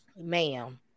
ma'am